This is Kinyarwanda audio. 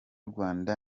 rwanda